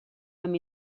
amb